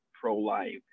pro-life